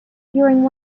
during